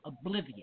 oblivion